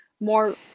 more